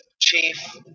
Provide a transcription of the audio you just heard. chief